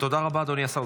תודה רבה, אדוני השר.